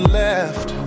left